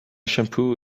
shampoo